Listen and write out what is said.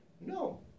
No